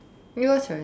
your turn